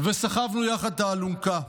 וסחבנו יחד את האלונקה.